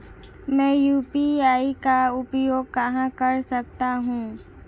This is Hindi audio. मैं यू.पी.आई का उपयोग कहां कर सकता हूं?